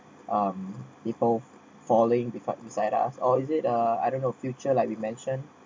um people falling before beside us or is it uh I don't know future like we mentioned